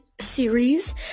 series